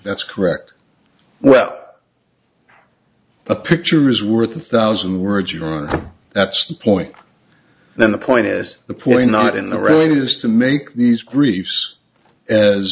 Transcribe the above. that's correct well a picture is worth a thousand words you know and that's the point then the point is the point not in the readiness to make these griefs as